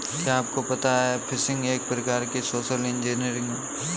क्या आपको पता है फ़िशिंग एक प्रकार की सोशल इंजीनियरिंग है?